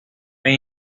vez